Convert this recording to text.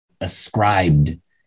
ascribed